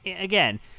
again